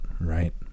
right